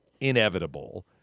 inevitable